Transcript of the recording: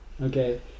Okay